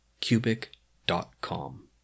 cubic.com